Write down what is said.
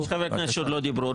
יש חברי כנסת שעוד לא דיברו,